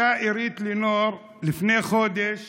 אותה עירית לינור לפני חודש